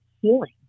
healing